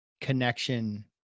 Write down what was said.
connection